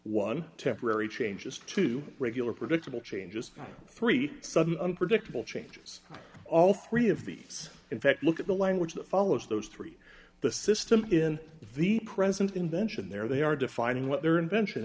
one temporary changes to regular predictable changes three sudden unpredictable changes all three of these in fact look at the language that follows those three the system in the present invention there they are defining what their invention